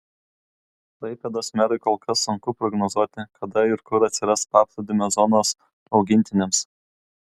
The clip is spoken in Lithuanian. klaipėdos merui kol kas sunku prognozuoti kada ir kur atsiras paplūdimio zonos augintiniams